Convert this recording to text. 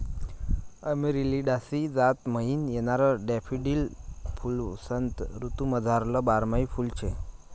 Amaryllidaceae जात म्हाईन येणारं डैफोडील फुल्वसंत ऋतूमझारलं बारमाही फुल शे